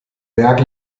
berg